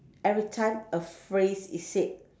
every time a phrase is said